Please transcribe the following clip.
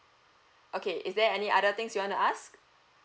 okay is there any other things you want to ask